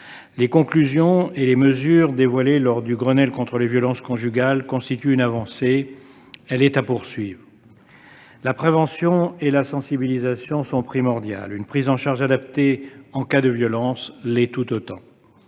Les conclusions et les mesures dévoilées lors du Grenelle contre les violences conjugales constituent une avancée, qui doit être poursuivie. La prévention et la sensibilisation sont primordiales, et une prise en charge adaptée en cas de violence l'est tout autant.